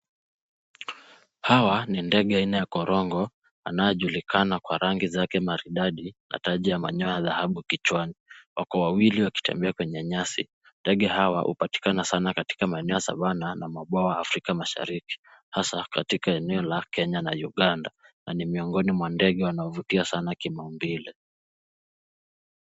Hawa ni ndege aina ya korongo anayejulikana kwa rangi zake maridadi na taji ya manyoya ya dhahabu kichwani. Wako wawili wakitembea kwenye nyasi. Ndege hawa hupatikana sana katika maeneo ya Savana na mabwawa ya Afrika Mashariki, hasa katika eneo la Kenya na Uganda, na ni miongoni mwa ndege wanaovutia sana kimaumbile.